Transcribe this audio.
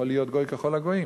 הוא יכול להיות גוי ככל הגויים.